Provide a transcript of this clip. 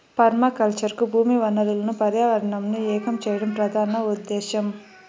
permaculture కు భూమి వనరులను పర్యావరణంను ఏకం చేయడం ప్రధాన ఉదేశ్యం